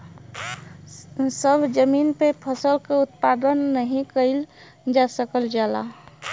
सभ जमीन पे फसल क उत्पादन नाही कइल जा सकल जाला